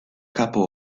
capo